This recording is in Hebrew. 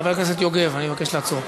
חבר הכנסת יוגב, אני מבקש לעצור.